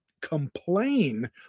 complain